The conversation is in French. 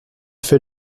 fait